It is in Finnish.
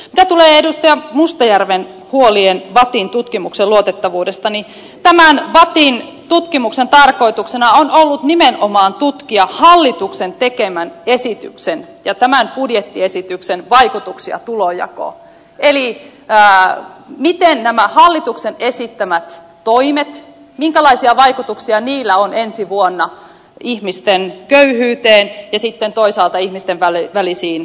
mitä tulee edustaja mustajärven huoliin vattin tutkimuksen luotettavuudesta tämän vattin tutkimuksen tarkoituksena on ollut nimenomaan tutkia hallituksen tekemän esityksen ja tämän budjettiesityksen vaikutuksia tulonjakoon eli sitä minkälaisia vaikutuksia näillä hallituksen esittämillä toimilla on ensi vuonna ihmisten köyhyyteen ja sitten toisaalta ihmisten välisiin tuloeroihin